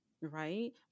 Right